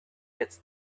its